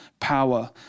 power